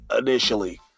initially